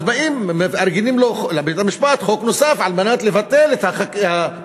אז באים ומארגנים לבית-המשפט חוק נוסף על מנת לבטל את הפסיקה,